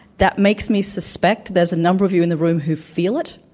that makes me suspect that the number of you in the room who feel it,